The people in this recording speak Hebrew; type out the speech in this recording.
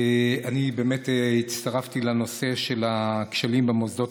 אני הצטרפתי לנושא של הכשלים במוסדות